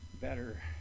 better